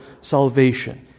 salvation